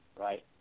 right